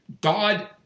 God